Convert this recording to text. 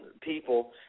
people